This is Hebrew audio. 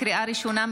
לקריאה ראשונה,